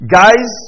guys